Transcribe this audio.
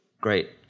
Great